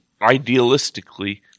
idealistically